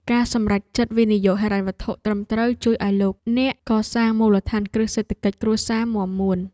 ការសម្រេចចិត្តវិនិយោគហិរញ្ញវត្ថុត្រឹមត្រូវជួយឱ្យលោកអ្នកកសាងមូលដ្ឋានគ្រឹះសេដ្ឋកិច្ចគ្រួសារមាំមួន។